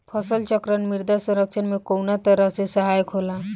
फसल चक्रण मृदा संरक्षण में कउना तरह से सहायक होला?